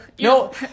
No